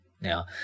Now